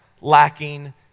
lacking